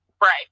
Right